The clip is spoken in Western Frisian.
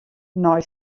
nei